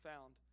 found